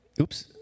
oops